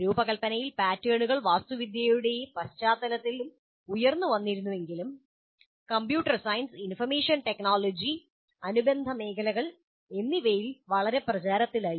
രൂപകൽപ്പനയിലെ പാറ്റേണുകൾ വാസ്തുവിദ്യയുടെ പശ്ചാത്തലത്തിലും ഉയർന്നുവന്നിരുന്നുവെങ്കിലും കമ്പ്യൂട്ടർ സയൻസ് ഇൻഫർമേഷൻ ടെക്നോളജി അനുബന്ധ മേഖലകൾ എന്നിവയിൽ വളരെ പ്രചാരത്തിലായി